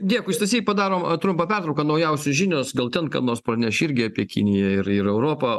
dėkui stasy padarom trumpą pertrauką naujausios žinios gal ten ką nors parneš irgi apie kiniją ir ir europą